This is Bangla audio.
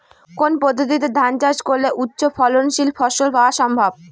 কোন পদ্ধতিতে ধান চাষ করলে উচ্চফলনশীল ফসল পাওয়া সম্ভব?